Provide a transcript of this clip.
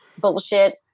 bullshit